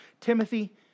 Timothy